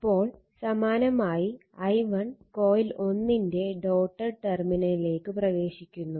ഇപ്പോൾ സമാനമായി i1 coil 1 ന്റെ ഡോട്ട്ഡ് ടെർമിനലിലേക്ക് പ്രവേശിക്കുന്നു